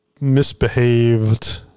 misbehaved